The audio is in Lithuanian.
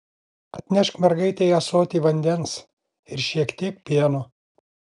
atnešk mergaitei ąsotį vandens ir šiek tiek pieno